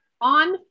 on